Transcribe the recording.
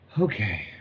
okay